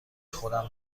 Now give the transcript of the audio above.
خودم